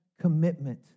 commitment